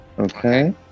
Okay